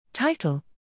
Title